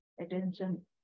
Attention